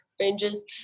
ranges